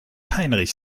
heinrich